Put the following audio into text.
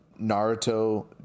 Naruto